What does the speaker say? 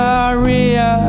Maria